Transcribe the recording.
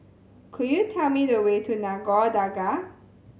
could you tell me the way to Nagore Dargah